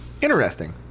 Interesting